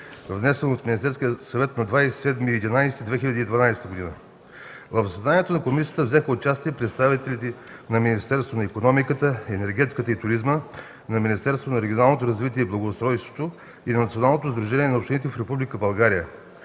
внесен от Министерския съвет на 27 ноември 2012 г. В заседанието на комисията взеха участие представители на Министерството на икономиката, енергетиката и туризма, на Министерството на регионалното развитие и благоустройството и на Националното сдружение на общините в Република България.